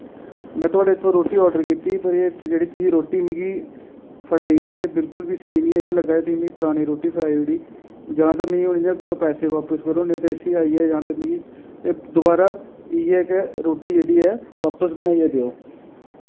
में थुआढ़े इत्थूं दा रुट्टी आर्डर कीती पर एह् जेह्ड़ी तुसें रुट्टी मिगी फड़ाई ऐ एह् बिल्कुल बी स्हेई निं ऐ इ'यां लग्गै दा जे इसदे च मिगी परानी रुट्टी फड़ाई ओड़ी जां ते मिगी हुन इ'यां करो पैसे बापस करो निं ते इसी आइयै जां ते मिगी एह् दोबारा इ'यै कि रुट्टी जेह्ड़ी ऐ बापस बनाइयै देओ